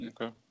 Okay